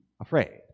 afraid